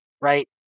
right